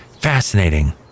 Fascinating